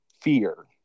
fear